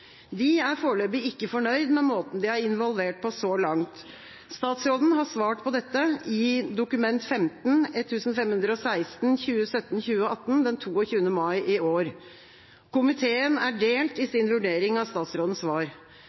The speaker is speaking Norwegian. De er foreløpig ikke fornøyd med måten de er involvert på, så langt. Statsråden har svart på dette i Dokument 15:1516 for 2017–2018 den 22. mai i år. Komiteen er delt i sin vurdering av statsrådens svar.